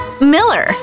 miller